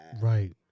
Right